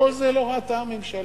את כל זה לא ראתה הממשלה.